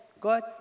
Good